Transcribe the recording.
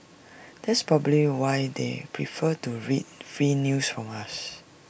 that's probably why they prefer to read free news from us